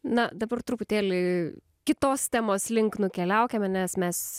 na dabar truputėlį kitos temos link nukeliaukime nes mes